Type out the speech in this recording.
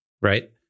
right